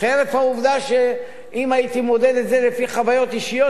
חרף העובדה שאם הייתי מודד את זה לפי חוויות אישיות